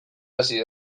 hasi